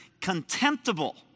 contemptible